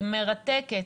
היא מרתקת,